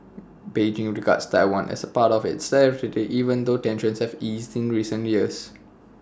Beijing regards Taiwan as part of its territory even though tensions have eased in recent years